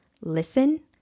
listen